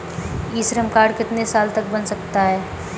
ई Shram card कितने साल तक बन सकता है?